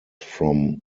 from